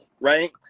right